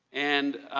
and,